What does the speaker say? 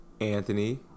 Anthony